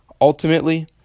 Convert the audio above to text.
Ultimately